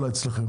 אצלכם?